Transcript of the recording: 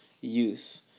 youth